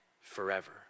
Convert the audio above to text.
forever